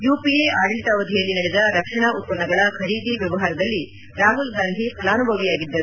UPA ಆಡಳಿತಾವಧಿಯಲ್ಲಿ ನಡೆದ ರಕ್ಷಣಾ ಉತ್ಪನ್ನಗಳ ಖರೀದಿ ವ್ಲವಹಾರದಲ್ಲಿ ರಾಹುಲ್ ಗಾಂಧಿ ಫಲಾನುಭವಿಯಾಗಿದ್ದರು